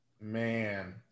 Man